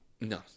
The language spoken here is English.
No